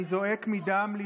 פשוט כל דבר שאתה אומר,